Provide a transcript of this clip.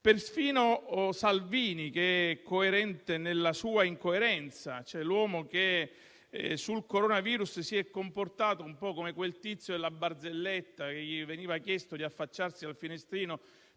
Perfino Salvini è coerente nella sua incoerenza: l'uomo che sul coronavirus si è comportato un po' come quel tizio della barzelletta al quale veniva chiesto di affacciarsi dal finestrino